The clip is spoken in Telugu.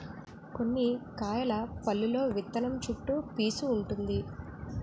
కొన్ని కాయల పల్లులో విత్తనం చుట్టూ పీసూ వుంటుంది